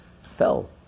fell